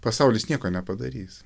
pasaulis nieko nepadarys